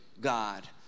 God